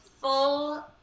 full